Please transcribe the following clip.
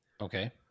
Okay